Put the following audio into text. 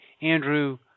Andrew